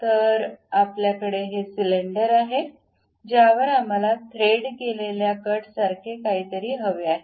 तर आपल्याकडे हे सिलेंडर आहे ज्यावर आम्हाला थ्रेड केलेल्या कटसारखे काहीतरी हवे आहे